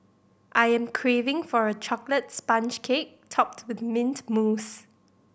I am craving for a chocolate sponge cake topped with mint mousse